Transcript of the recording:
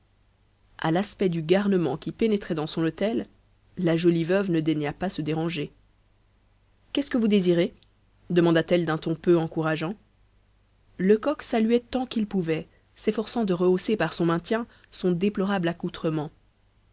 à l'aspect du garnement qui pénétrait dans son hôtel la jolie veuve ne daigna pas se déranger qu'est-ce que vous désirez demanda-t-elle d'un ton peu encourageant lecoq saluait tant qu'il pouvait s'efforçant de rehausser par son maintien son déplorable accoutrement